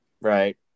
right